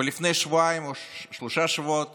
ולפני שבועיים או שלושה שבועות